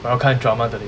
我要看 drama 的 leh